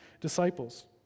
disciples